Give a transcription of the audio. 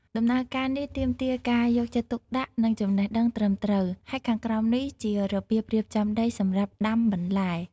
ដំណើរការនេះទាមទារការយកចិត្តទុកដាក់ និងចំណេះដឹងត្រឹមត្រូវ ហើយខាងក្រោមនេះជារបៀបរៀបចំដីសម្រាប់ដាំបន្លែ។